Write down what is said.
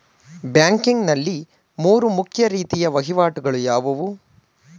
Banking ನಲ್ಲಿ ಮೂರು ಮುಖ್ಯ ರೀತಿಯ ವಹಿವಾಟುಗಳು ಯಾವುವು?